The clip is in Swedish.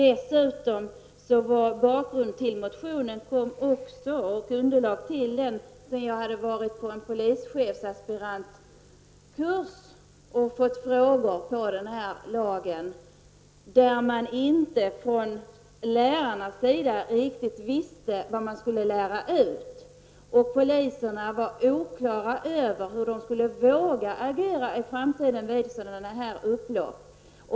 Ytterligare en bakgrund till motionen var att jag var på en polischefsaspirantkurs och fick frågor på denna lag, där man från lärarnas sida inte riktigt visste vad man skulle lära ut. Poliserna var oklara över hur de skulle våga agera i framtiden vid sådana här upplopp.